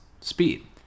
speed